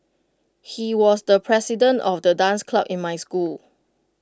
he was the president of the dance club in my school